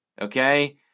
okay